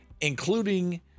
including